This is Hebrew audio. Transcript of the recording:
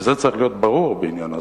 וזה צריך להיות ברור בעניין ההסברה.